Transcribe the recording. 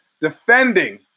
defending